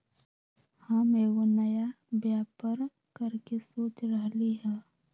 हम एगो नया व्यापर करके सोच रहलि ह